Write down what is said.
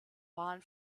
waren